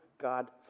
God